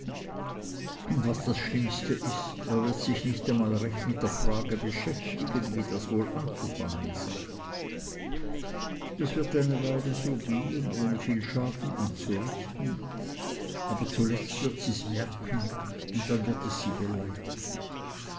und was das schlimmste ist er wird sich nicht einmal recht mit der frage beschäftigen wie das wohl anzufangen sei das wird eine weile so gehen ohne viel schaden anzurichten aber zuletzt wird sie's merken und dann wird es sie beleidigen